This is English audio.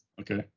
Okay